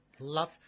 Love